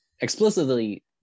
explicitly